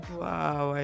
wow